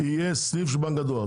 יהיה סניף של בנק הדואר.